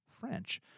French